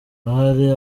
ahari